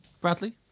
Bradley